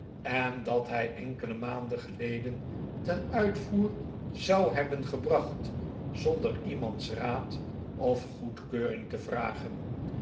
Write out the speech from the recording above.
en dat hij enkele maanden geleden ten uitvoer zou hebben gebracht zonder iemands raad of goedkeuring te vragen